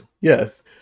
Yes